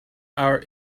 our